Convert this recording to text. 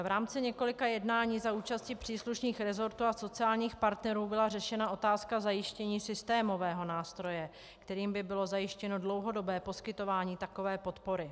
V rámci několika jednání za účasti příslušných resortů a sociálních partnerů byla řešena otázka zajištění systémového nástroje, kterým by bylo zajištěno dlouhodobé poskytování takové podpory.